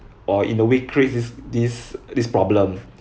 or in a way creates this this this problem